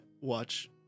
watch